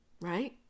right